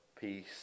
peace